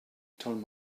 turn